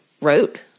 wrote